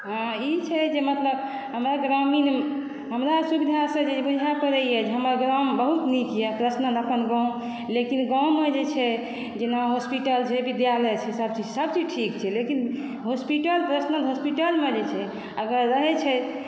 हँ ई छै जे मतलब हमर ग्रामीण हमरा सुविधासँ जे बुझाए पड़ैए जे हमर गाम बहुत नीक यऽ पर्सनल अपन गाँव लेकिन गाँवमे जे छै जेना हॉस्पिटल छै विद्यालय छै सब चीज छै सब चीज ठीक छै लेकिन हॉस्पिटल पर्सनल हॉस्पिटलमे जे छै अगर रहै छै